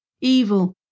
evil